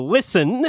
listen